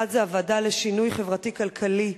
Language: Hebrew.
1. הוועדה לשינוי חברתי-כלכלי,